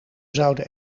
zouden